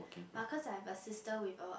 but of course I have a sister with a